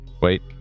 Wait